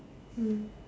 mm